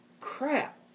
crap